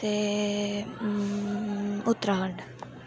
ते उत्तराखंड